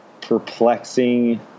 perplexing